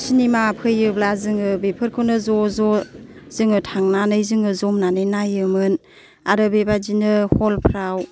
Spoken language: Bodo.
सिनिमा फैयोब्ला जोङो बेफोरखौनो ज' ज' जोङो थांनानै जोङो जमनानै नायोमोन आरो बेबायदिनो हल फ्राव